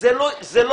זה לא ילך.